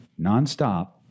nonstop